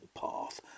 path